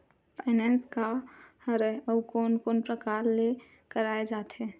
Finance का हरय आऊ कोन कोन प्रकार ले कराये जाथे?